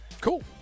Cool